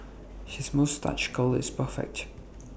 his moustache curl is perfect